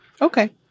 Okay